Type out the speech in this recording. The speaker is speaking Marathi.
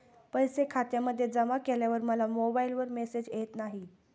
पैसे खात्यामध्ये जमा केल्यावर मला मोबाइलवर मेसेज येत नाही?